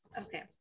Okay